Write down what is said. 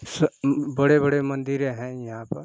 बड़े बड़े मंदिरें हैं यहाँ पर